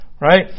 right